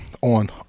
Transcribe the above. on